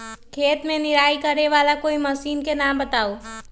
खेत मे निराई करे वाला कोई मशीन के नाम बताऊ?